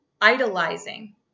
idolizing